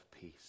peace